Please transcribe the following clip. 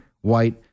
white